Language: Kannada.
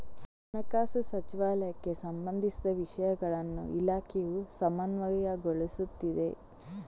ಹಣಕಾಸು ಸಚಿವಾಲಯಕ್ಕೆ ಸಂಬಂಧಿಸಿದ ವಿಷಯಗಳನ್ನು ಇಲಾಖೆಯು ಸಮನ್ವಯಗೊಳಿಸುತ್ತಿದೆ